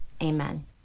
amen